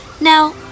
Now